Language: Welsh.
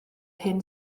hyn